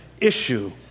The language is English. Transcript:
issue